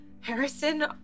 Harrison